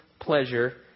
pleasure